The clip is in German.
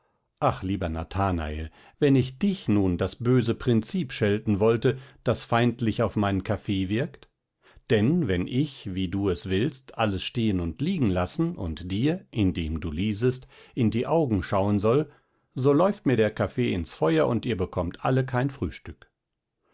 aber lieber nathanael wenn ich dich nun das böse prinzip schelten wollte das feindlich auf meinen kaffee wirkt denn wenn ich wie du es willst alles stehen und liegen lassen und dir indem du liesest in die augen schauen soll so läuft mir der kaffee ins feuer und ihr bekommt alle kein frühstück